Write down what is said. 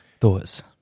thoughts